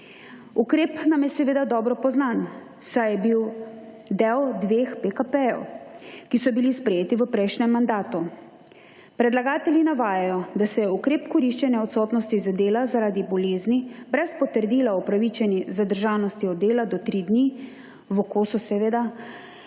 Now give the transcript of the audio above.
Ukrep nam je seveda dobro poznan, saj je bil del dveh PKP-jev, ki so bili sprejeti v prejšnjem mandatu. Predlagatelji navajajo, da se je ukrep koriščenja odsotnosti z dela zaradi bolezni brez potrdila o upravičeni zadržanosti od dela do treh dni, v kosu seveda,